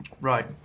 Right